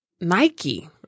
Nike